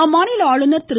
அம்மாநில ஆளுநர் திரு